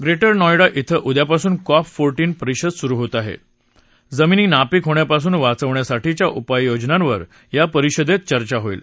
Greater Noida इथं उद्यापासून COP fourteen परिषद सुरु होत आहा ज्ञमिनी नापिक होण्यापासून वाचवण्यासाठीच्या उपाययोजनांवर या परिषदचर्चा होईल